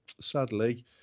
sadly